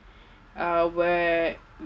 uh where